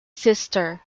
sister